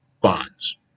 Bonds